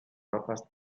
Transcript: mapas